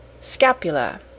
scapula